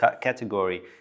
category